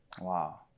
Wow